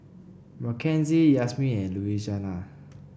Makenzie Yazmin and Louisiana